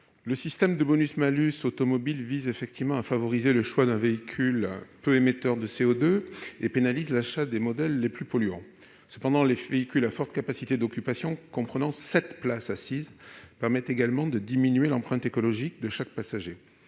Le système de bonus-malus automobile favorise le choix d'un véhicule peu émetteur de CO2 et pénalise l'achat des modèles les plus polluants. Cependant, les véhicules à forte capacité d'occupation comprenant sept places assises permettent également de diminuer l'empreinte écologique de chaque passager.